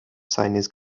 seines